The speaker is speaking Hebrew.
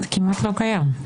כמעט לא קיים.